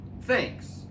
thanks